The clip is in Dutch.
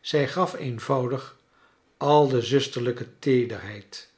zij gaf eenvondig al de zusterlijke teederheid